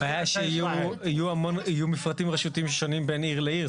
הבעיה שיהיו מפרטים רשותיים שונים בין עיר לעיר.